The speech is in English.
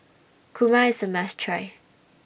Kurma IS A must Try